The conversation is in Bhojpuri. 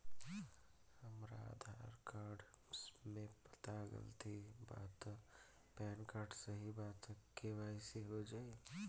हमरा आधार कार्ड मे पता गलती बा त पैन कार्ड सही बा त के.वाइ.सी हो जायी?